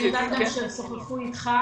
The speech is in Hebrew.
יודעת גם שהם שוחחו אתך.